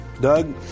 Doug